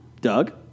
Doug